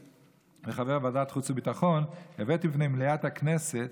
כחבר ועדת חוץ וביטחון, הבאתי בפני מליאת הכנסת